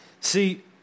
See